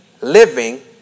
Living